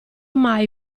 mai